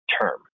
term